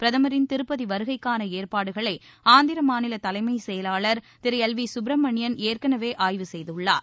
பிரதமரின் திருப்பதி வருகைக்கான ஏற்பாடுகளை ஆந்திர மாநில தலைமைச் செயலாளர் திரு எல் வி சுப்பிரமணியன் ஏற்கெனவே ஆய்வு செய்துள்ளார்